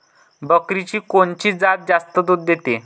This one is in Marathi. बकरीची कोनची जात जास्त दूध देते?